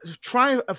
try